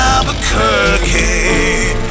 Albuquerque